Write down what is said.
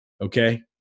okay